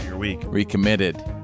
Recommitted